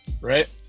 right